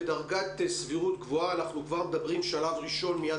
בדרגת סבירות גבוהה אנחנו כבר מדברים שלב ראשון מיד